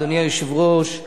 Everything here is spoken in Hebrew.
אדוני היושב-ראש,